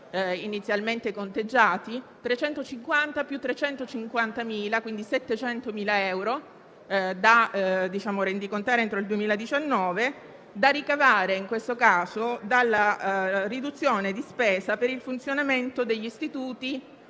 inizialmente conteggiati, 350.000 più 350.000 euro, quindi 700.000 euro, da rendicontare entro il 2019, da ricavare, in questo caso, dalla riduzione di spesa per il funzionamento degli istituti